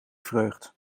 vreugd